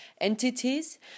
entities